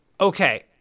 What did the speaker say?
Okay